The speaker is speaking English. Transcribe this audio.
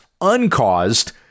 uncaused